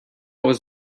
was